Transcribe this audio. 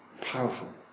Powerful